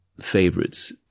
favorites